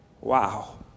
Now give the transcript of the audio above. Wow